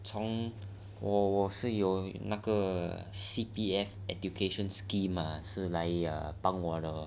从我我是有那个 C_P_F education scheme ah 是来帮我的